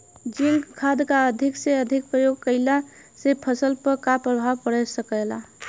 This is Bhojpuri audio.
जिंक खाद क अधिक से अधिक प्रयोग कइला से फसल पर का प्रभाव पड़ सकेला?